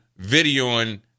videoing